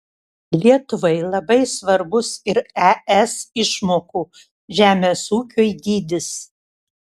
lietuvai labai svarbus ir es išmokų žemės ūkiui dydis